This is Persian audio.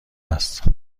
است